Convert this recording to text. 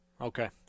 Okay